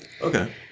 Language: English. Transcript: Okay